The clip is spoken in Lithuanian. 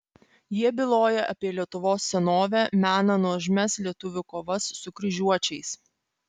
jie byloja apie lietuvos senovę mena nuožmias lietuvių kovas su kryžiuočiais